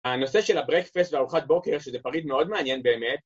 הנושא של הברקפסט והארוחת בוקר, שזה פריט מאוד מעניין באמת,